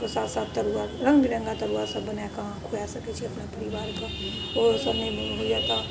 साथ साथ तरुआ रङ्ग बिरङ्गा तरुआसब बनाके अहाँ खुआ सकै छी अपना परिवारके ओहोसँ नहि होइए तऽ